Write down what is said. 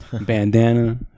bandana